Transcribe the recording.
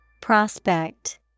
Prospect